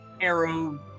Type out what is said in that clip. arrow